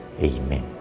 amen